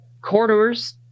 corridors